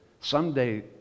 someday